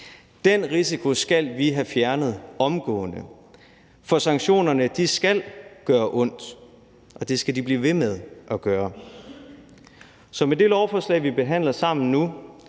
Den risiko skal vi have fjernet omgående, for sanktionerne skal gøre ondt, og det skal de blive ved med at gøre. Med det lovforslag, vi sammen